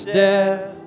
death